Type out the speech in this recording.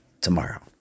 tomorrow